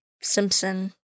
Simpson